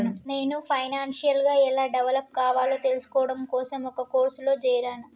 నేను ఫైనాన్షియల్ గా ఎలా డెవలప్ కావాలో తెల్సుకోడం కోసం ఒక కోర్సులో జేరాను